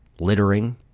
littering